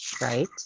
right